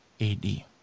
AD